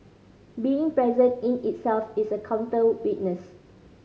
being present in itself is a counter witness